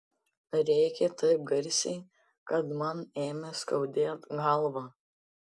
rėkė taip garsiai kad man ėmė skaudėt galvą